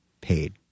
paid